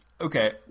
Okay